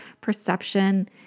perception